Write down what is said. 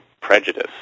prejudice